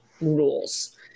rules